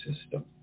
system